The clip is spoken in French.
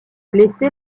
blessé